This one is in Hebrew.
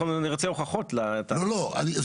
יכול להעלות את